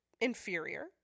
inferior